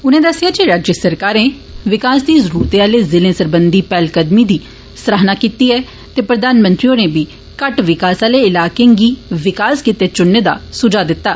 उनें दस्सेआ जे राज्य सरकारें विकास दी जरूरत आह्ले जिलें सरबंधी पैह्लकदमी दी सराह्ना कीती ऐ ते प्रधानमंत्री होरें बी घट्ट विकास आह्ले इलाकें गी विकास गितै चुनने दा सुझाऽ दित्ता